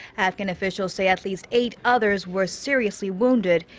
afghan officials say at least eight others were seriously wounded.